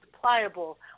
pliable